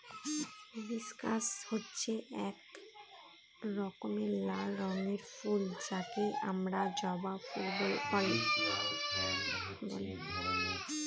hibiscus হচ্ছে এক রকমের লাল রঙের ফুল যাকে আমরা জবা ফুল বলে